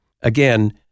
again